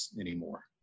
anymore